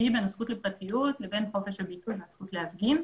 בין הזכות לפרטיות לבין חופש והזכות להפגין.